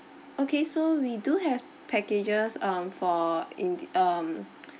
oaky so we do have packages um for in~ um